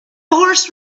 horse